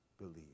Believe